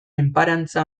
enparantza